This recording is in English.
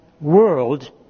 world